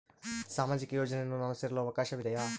ಸಾಮಾಜಿಕ ಯೋಜನೆಯನ್ನು ನಾನು ಸೇರಲು ಅವಕಾಶವಿದೆಯಾ?